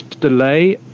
delay